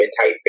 type